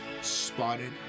spotted